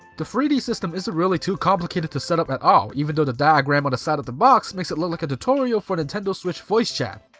the three d system isn't really too complicated to set up at all, even though the diagram on the side of the box makes it look like a tutorial for nintendo switch voice chat.